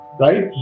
Right